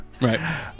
Right